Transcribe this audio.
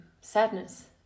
sadness